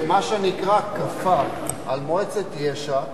מה שנקרא, "כפה" על מועצת יש"ע